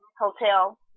hotel